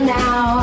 now